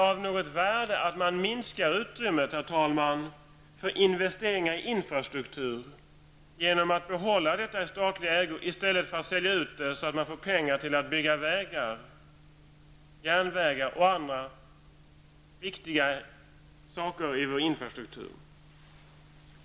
Är det av värde att man minskar utrymmet för investeringar i infrastrukturen genom att behålla detta i statlig ägo i stället för att sälja ut det så att man får pengar till att bygga vägar, järnvägar och andra viktiga saker i vår infrastruktur?